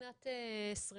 2021